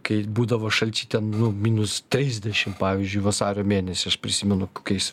kai būdavo šalčiai ten nu minus trisdešim pavyzdžiui vasario mėnesį aš prisimenu kokiais